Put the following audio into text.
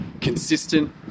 consistent